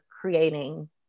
creating